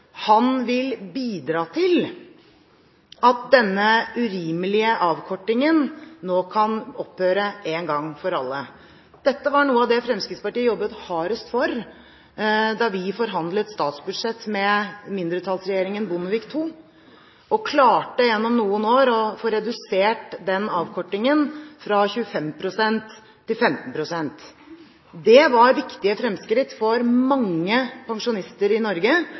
han vil bidra til at denne urimelige avkortingen nå kan opphøre en gang for alle. Dette var noe av det Fremskrittspartiet jobbet hardest for da vi forhandlet om statsbudsjettet med mindretallsregjeringen Bondevik II, og klarte gjennom noen år å få redusert den avkortingen fra 25 pst. til 15 pst. Det var viktige fremskritt for mange pensjonister i Norge,